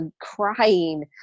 crying